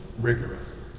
rigorous